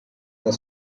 the